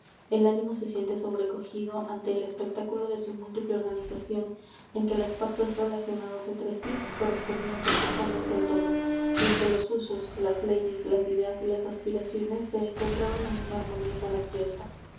el ánimo se siente sobrecogido ante el espectáculo de su múltiple organización en que las partes relacionadas entre sí correspondían perfectamente al todo y en que los usos las leyes las ideas y las aspiraciones se encontraban en una armonía maravillosa